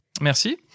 Merci